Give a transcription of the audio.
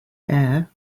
air